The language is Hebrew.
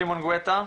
שמעון גואטה,